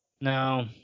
No